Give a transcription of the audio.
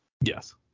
Yes